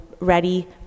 ready